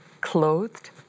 clothed